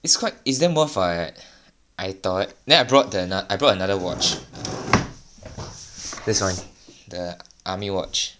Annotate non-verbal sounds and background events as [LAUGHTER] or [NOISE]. it's quite it's damn worth [BREATH] [what] I thought then I brought the I brought another watch [NOISE] this one the army watch